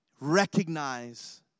recognize